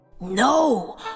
No